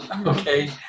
okay